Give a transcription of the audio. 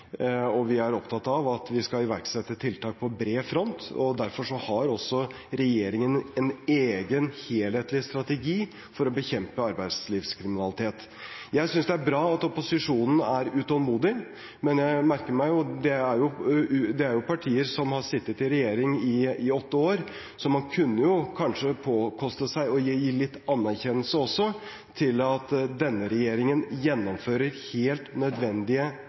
Vi er opptatt av at vi skal iverksette tiltak på bred front, og derfor har også regjeringen en egen helhetlig strategi for å bekjempe arbeidslivskriminalitet. Jeg synes det er bra at opposisjonen er utålmodig, men jeg merker meg at det er partier som har sittet i regjering i åtte år, så man kunne jo kanskje koste på seg å gi litt anerkjennelse også til at denne regjeringen gjennomfører helt nødvendige